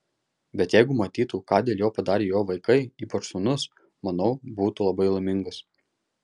bet jeigu matytų ką dėl jo padarė jo vaikai ypač sūnus manau būtų labai laimingas